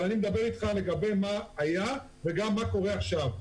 אבל אני מדבר איתך לגבי מה היה וגם מה קורה עכשיו.